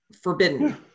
forbidden